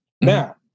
Now